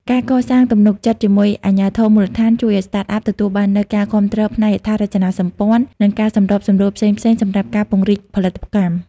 ការកសាងទំនុកចិត្តជាមួយអាជ្ញាធរមូលដ្ឋាន ជួយឱ្យ Startup ទទួលបាននូវការគាំទ្រផ្នែកហេដ្ឋារចនាសម្ព័ន្ធ និងការសម្របសម្រួលផ្សេងៗសម្រាប់ការពង្រីកផលិតកម្ម។